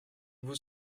vous